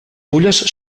fulles